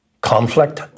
conflict